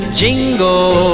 jingle